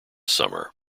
summer